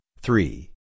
three